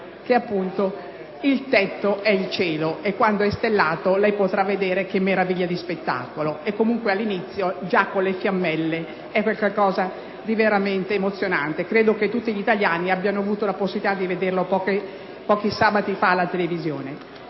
che il tetto è il cielo. Quando è stellato potrà vedere che meraviglia di spettacolo e comunque all'inizio, già con le fiammelle, è veramente emozionante. Credo che tutti gli italiani abbiano avuto la possibilità di vederlo qualche sabato fa alla televisione.